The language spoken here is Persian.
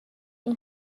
این